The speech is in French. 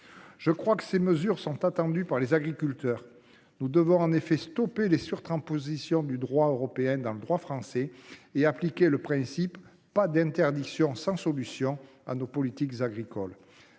Je crois que ces mesures sont attendues par les agriculteurs. Nous devons en effet stopper les surtranspositions du droit européen dans le droit français et appliquer le principe « pas d’interdiction sans solution » à nos politiques agricoles.